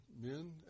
men